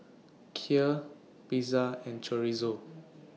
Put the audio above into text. Kheer Pizza and Chorizo